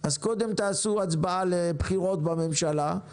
אז התחילה פרשיית רפורמת דרך שווה.